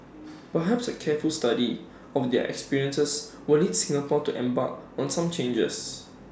perhaps A careful study of their experiences will lead Singapore to embark on some changes